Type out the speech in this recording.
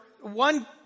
one